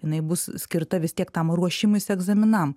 jinai bus skirta vis tiek tam ruošimuisi egzaminam